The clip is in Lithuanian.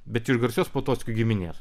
bet iš garsios potockių giminės